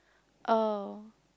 oh